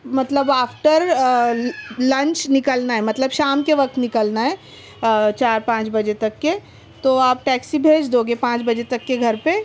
مطلب after lunch نکلنا ہے مطلب شام کے وقت نکلنا ہے چار پانچ بجے تک کے تو آپ ٹیکسی بھیج دوگے پانچ بجے تک کے گھر پہ